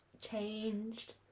changed